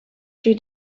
she